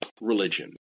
religion